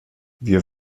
wir